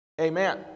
Amen